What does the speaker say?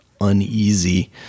uneasy